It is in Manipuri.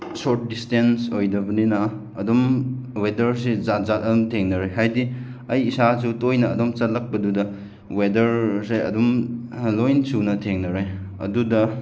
ꯁꯣꯔꯠ ꯗꯤꯁꯇꯦꯟꯁ ꯑꯣꯏꯗꯕꯅꯤꯅ ꯑꯗꯨꯝ ꯋꯦꯗꯔꯁꯦ ꯖꯥꯠ ꯖꯥꯠ ꯑꯗꯨꯝ ꯊꯦꯡꯅꯔꯦ ꯍꯥꯏꯗꯤ ꯑꯩ ꯏꯁꯥꯁꯨ ꯇꯣꯏꯅ ꯑꯗꯨꯝ ꯆꯠꯂꯛꯄꯗꯨꯗ ꯋꯦꯗꯔꯁꯦ ꯑꯗꯨꯝ ꯂꯣꯏꯅ ꯁꯨꯅ ꯊꯦꯡꯅꯔꯦ ꯑꯗꯨꯗ